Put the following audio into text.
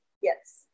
Yes